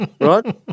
right